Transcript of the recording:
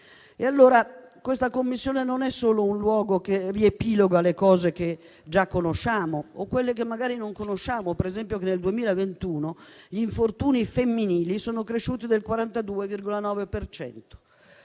correlato. Questa Commissione, allora, non è solo un luogo per riepilogare le cose che già conosciamo o quelle che magari non conosciamo (per esempio che nel 2021 gli infortuni femminili sono cresciuti del 42,9